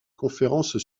conférence